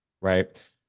right